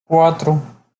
cuatro